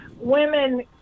Women